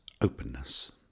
openness